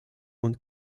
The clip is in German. und